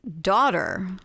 daughter